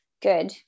good